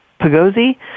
Pagosi